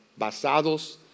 basados